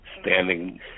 standing